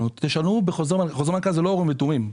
חוזר מנכ"ל זה לא אורים ותומים.